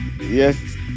Yes